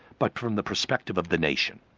but from the perspective of the nation.